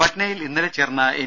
പട്നയിൽ ഇന്നലെ ചേർന്ന എൻ